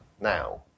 now